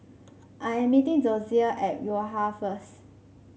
I am meeting Dozier at Yo Ha first